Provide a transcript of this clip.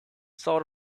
sort